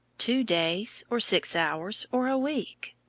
two days, or six hours, or a week?